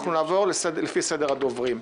אנחנו נעבור לפי סדר הדוברים.